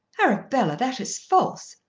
arabella, that is false.